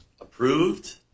approved